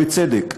ובצדק,